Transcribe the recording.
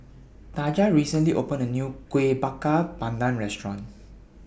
Taja recently opened A New Kuih Bakar Pandan Restaurant